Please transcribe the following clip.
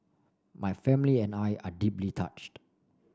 my family and I are deeply touched